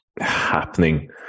happening